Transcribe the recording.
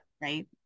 Right